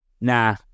nah